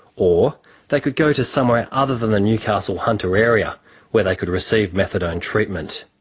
or they could go to somewhere other than the newcastle hunter area where they could receive methadone treatment.